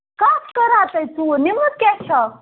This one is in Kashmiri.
کَتھ کٔرٕہو تۅہہِ ژوٗر نِمُت کیٛاہ چھُ ہَو